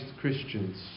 Christians